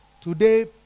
today